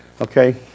Okay